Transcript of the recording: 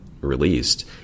released